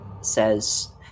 says